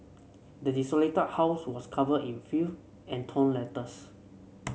the desolated house was covered in filth and torn letters